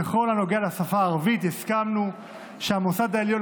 בכל הנוגע לשפה הערבית הסכמנו שהמוסד העליון